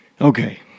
Okay